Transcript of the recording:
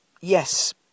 yes